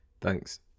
Thanks